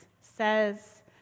says